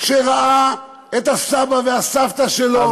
שראה את הסבא והסבתא שלו,